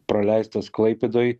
praleistas klaipėdoj